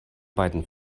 beiden